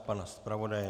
Pana zpravodaje?